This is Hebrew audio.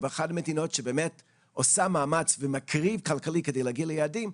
או באחת המדינות שבאמת עושות מאמץ ומקריבות כלכלית כדי להגיע ליעדים,